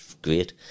Great